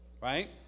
Right